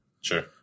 Sure